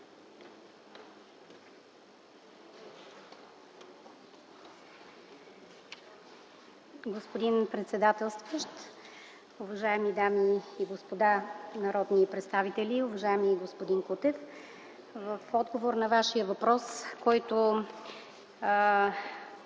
Господин председател, уважаеми дами и господа народни представители, уважаеми господин Кутев! На Вашия въпрос, който